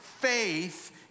faith